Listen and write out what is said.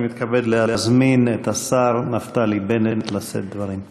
אני מתכבד להזמין את השר נפתלי בנט לשאת דברים.